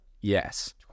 Yes